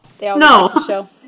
No